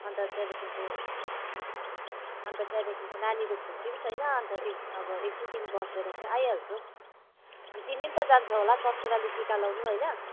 अन्त त्यहाँदेखिको अन्त त्यहाँदेखिको नानीको छुट्टी पनि छैन अन्त एक अब एक दुई दिन बसेर चाहिँ आइहाल्छु हौ अनि तिमी पनि त जान्छौ होला ससुराली टिका लाउनु होइन